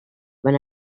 when